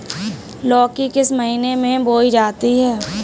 लौकी किस महीने में बोई जाती है?